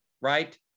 right